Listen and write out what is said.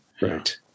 Right